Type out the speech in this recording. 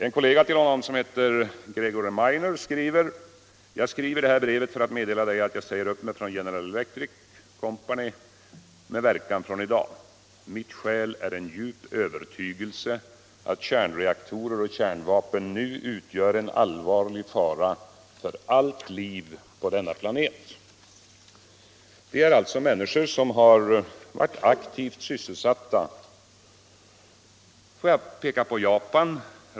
En kollega till honom, som heter Gregory Minor, säger: ”Jag skriver det här brevet för att meddela Dig att jag säger upp mig från General Electric Co med verkan från i dag. Mitt skäl är en djup övertygelse att kärnreaktorer och kärnvapen nu utgör en allvarlig fara för allt liv på denna planet.” Detta är alltså uttalanden av människor som varit aktivt sysselsatta på detta område. Låt mig också peka på Japan.